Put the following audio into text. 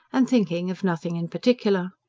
and thinking of nothing in particular.